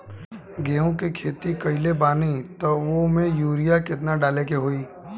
गेहूं के खेती कइले बानी त वो में युरिया केतना डाले के होई?